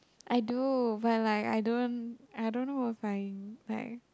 I do but like I don't I don't know what's mine like